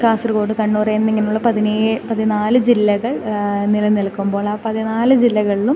കാസർഗോഡ് കണ്ണൂർ എന്നിങ്ങനെയുള്ള പതിനാല് ജില്ലകൾ നിലനിൽക്കുമ്പോൾ ആ പതിനാല് ജില്ലകളും